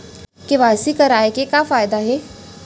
KYC जरिए के का फायदा हे?